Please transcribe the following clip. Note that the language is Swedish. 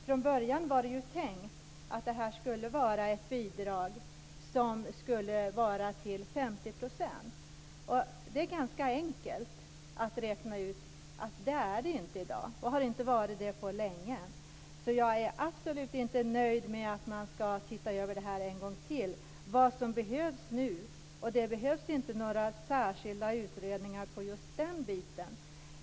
Från början var det tänkt att bidraget skulle vara 50 %, och det är ganska enkelt att räkna ut att det inte är det i dag och inte har varit det på länge. Jag är absolut inte nöjd med att man ska se över det här en gång till. Det behövs inte några särskilda utredningar av just den biten.